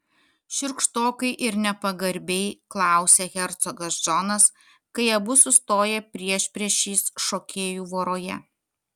šiurkštokai ir nepagarbiai klausia hercogas džonas kai abu sustoja priešpriešiais šokėjų voroje